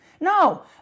No